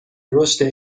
رشد